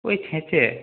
ওই খেঁচে